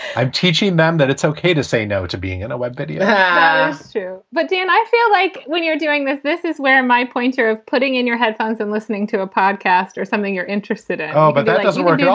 i'm teaching them that it's ok to say no to being in a web video, yeah too but dan, i feel like when you're doing this, this is where my point of putting in your headphones and listening to a podcast or something you're interested in. ah but that doesn't work. yeah